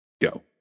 go